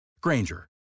Granger